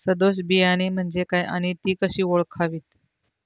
सदोष बियाणे म्हणजे काय आणि ती कशी ओळखावीत?